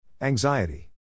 Anxiety